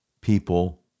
people